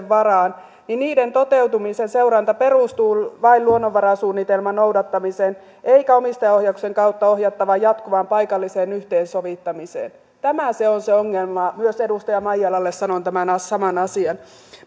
varaan niin niiden toteutumisen seuranta perustuu vain luonnonvarasuunnitelman noudattamiseen eikä omistajaohjauksen kautta ohjattavaan jatkuvaan paikalliseen yhteensovittamiseen tämä on se ongelma myös edustaja maijalalle sanon tämän saman asian